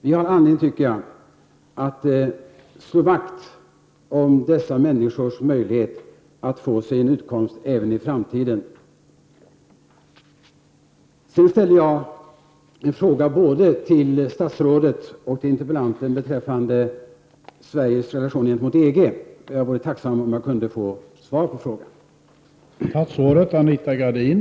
Vi har enligt min uppfattning anledning att slå vakt om dessa människors möjlighet att även i framtiden få sin utkomst. Jag ställde en fråga till både statsrådet och interpellanten beträffande Sveriges relationer gentemot EG, och jag vore tacksam om jag kunde få svar på frågan.